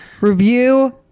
review